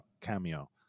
cameo